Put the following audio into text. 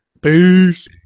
Peace